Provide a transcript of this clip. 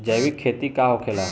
जैविक खेती का होखेला?